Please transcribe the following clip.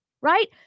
right